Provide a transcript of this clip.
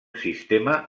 sistema